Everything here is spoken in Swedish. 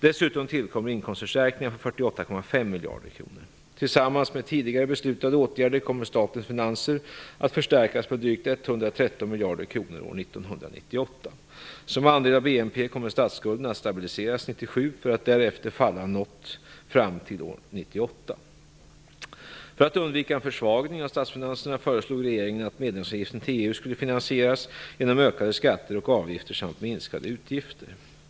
Dessutom tillkommer inkomstförstärkningar på 48,5 miljarder kronor. Tillsammans med tidigare beslutade åtgärder kommer statens finanser att förstärkas med drygt 113 miljarder kronor år 1998. Som andel av BNP kommer statsskulden att stabiliseras 1997, för att därefter falla något fram till år 1998. För att undvika en försvagning av statsfinanserna föreslog regeringen att medlemsavgiften till EU skulle finansieras genom ökade skatter och avgifter samt minskade utgifter.